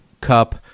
cup